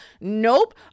Nope